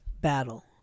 battle